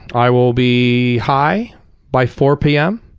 i will be high by four pm.